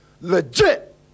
legit